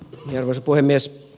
arvoisa puhemies